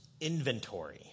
inventory